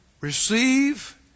receive